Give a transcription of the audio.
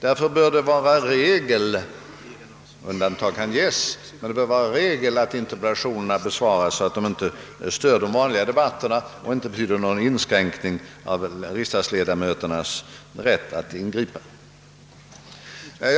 Därför bör det vara regel — undantag kan naturligtvis förekomma — att interpellationerna besvaras så att de vanliga debatterna inte störs och så att det inte blir någon inskränkning av ledamöternas rätt att ingripa i debatten.